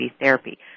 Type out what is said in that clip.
therapy